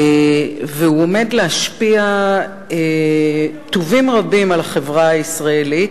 והוא עומד להשפיע טוּבים רבים על החברה הישראלית,